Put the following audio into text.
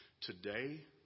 today